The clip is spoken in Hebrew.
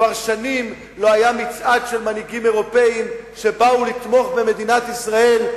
כבר שנים לא היה מצעד של מנהיגים אירופים שבאו לתמוך במדינת ישראל,